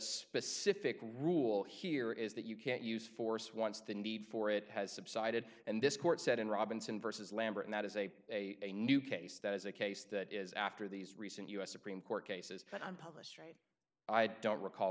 specific rule here is that you can't use force once the need for it has subsided and this court said in robinson versus lambert and that is a a a new case that is a case that is after these recent u s supreme court cases that i'm publishing i don't recall